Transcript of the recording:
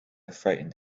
frightened